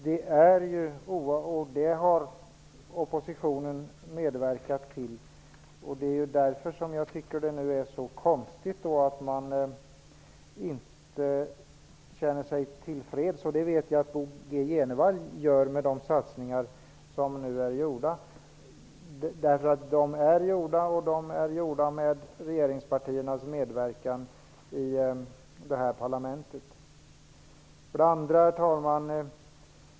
Oppositionen har medverkat i det arbetet, och det är därför som jag tycker att det nu är så konstigt att Socialdemokraterna och Vänsterpartiet inte känner sig tillfreds. Det vet jag att Bo G Jenevall gör med de satsningar som nu är gjorda. De är gjorda, och de är gjorda med regeringspartiernas medverkan i parlamentet.